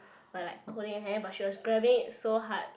by like holding her hand but she was grabbing it so hard